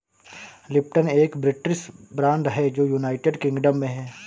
Lipton एक British brand है जो यूनाइटेड किंगडम में है